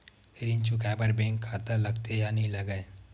ऋण चुकाए बार बैंक खाता लगथे या नहीं लगाए?